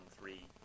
three